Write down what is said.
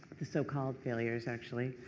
the so-called failures, actually.